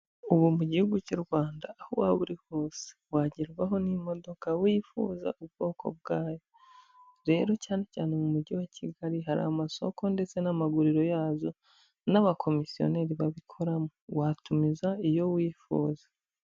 Ubu mu gihugu cy'u Rwanda aho waba uri hose wagerwaho n'imodoka wifuza ubwoko bwayo. Rero cyane cyane mu mujyi wa Kigali hari amasoko ndetse n'amaguriro yazo n'abakomisiyoneri babikoramo. Watumiza iyo wifuza.